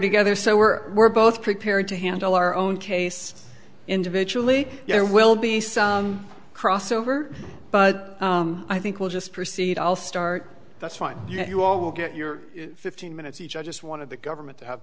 together so we're we're both prepared to handle our own case individually there will be some crossover but i think we'll just proceed i'll start that's fine you all will get your fifteen minutes each i just want to the government